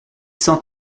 cent